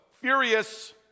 Furious